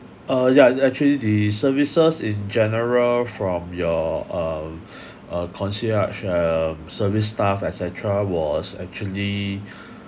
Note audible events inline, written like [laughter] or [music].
uh yeah actually the services in general from your uh uh concierge um service staff etcetera was actually [breath]